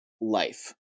life